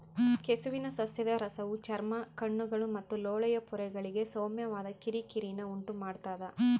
ಕೆಸುವಿನ ಸಸ್ಯದ ರಸವು ಚರ್ಮ ಕಣ್ಣುಗಳು ಮತ್ತು ಲೋಳೆಯ ಪೊರೆಗಳಿಗೆ ಸೌಮ್ಯವಾದ ಕಿರಿಕಿರಿನ ಉಂಟುಮಾಡ್ತದ